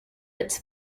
its